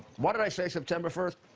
why did i say september first?